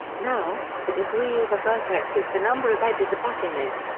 now, the degree of a vertex is the number of edges abutting it.